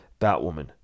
Batwoman